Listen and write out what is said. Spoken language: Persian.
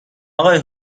اقای